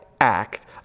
act